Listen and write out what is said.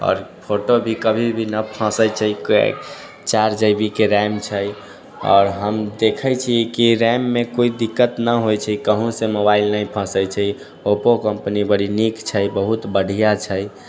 आओर फोटो भी कभी भी नहि फँसै छै चारि जी बी के रैम छै आओर हम देखै छियै कि रैम मे कोइ दिक्कत नहि होइ छै कहूँसँ मोबाइल नहि फँसै छै ओप्पो कम्पनी बड़ी नीक छै बहुत बढ़िआँ छै